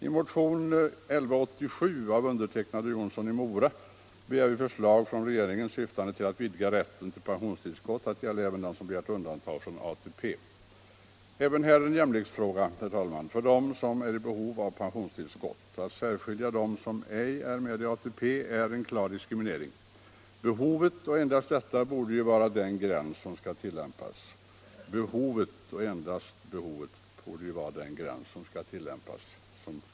I motion 1975/76:1187 av mig och herr Jonsson i Mora begär vi förslag från regeringen, syftande till att vidga rätten till pensionstillskott till att gälla även dem som begärt undantagande från ATP. Även här är det en jämlikhetsfråga, herr talman, för dem som är i behov av pensionstillskott. Att särskilja dem som ej är med i ATP är en klar diskriminering. Behovet, och endast behovet, borde ju vara den gräns som skall tillämpas i ett sådant fall.